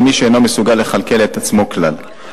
למי שאינו מסוגל לכלכל את עצמו כלל.